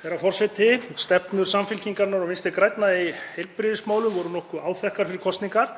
Herra forseti. Stefnur Samfylkingarinnar og Vinstri grænna í heilbrigðismálum voru nokkuð áþekkar fyrir kosningar.